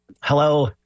Hello